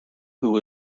who